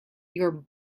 your